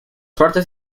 partes